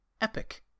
epic